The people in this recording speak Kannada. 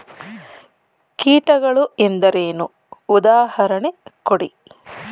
ಕೀಟಗಳು ಎಂದರೇನು? ಉದಾಹರಣೆ ಕೊಡಿ?